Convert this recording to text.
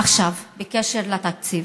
עכשיו בקשר לתקציב.